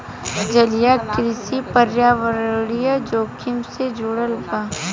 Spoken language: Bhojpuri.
जलीय कृषि पर्यावरणीय जोखिम से जुड़ल बा